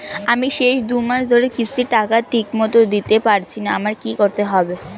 আমি শেষ দুমাস ধরে কিস্তির টাকা ঠিকমতো দিতে পারছিনা আমার কি করতে হবে?